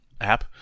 app